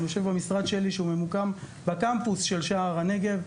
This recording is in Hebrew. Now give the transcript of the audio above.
אני יושב במשרד שלי שממוקם בקמפוס של שער הנגב,